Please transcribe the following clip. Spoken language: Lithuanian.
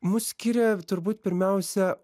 mus skiria turbūt pirmiausia